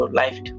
life